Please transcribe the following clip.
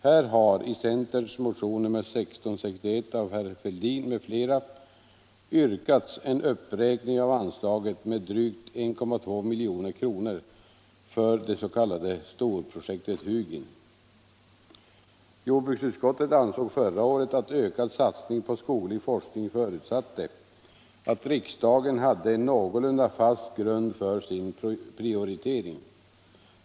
Här har i centerns motion nr 1661 av herr Fälldin m.fl. yrkats en uppräkning av anslag med drygt 1,2 milj.kr. för det s.k. storprojektet Hugin. Jordbruksutskottet ansåg förra året att ökad satsning på skoglig forskning förutsatte att riksdagen hade en någorlunda fast grund för sin prioritering.